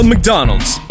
McDonald's